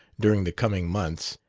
during the coming months,